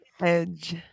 edge